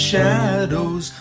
shadows